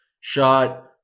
shot